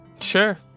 Sure